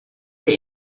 der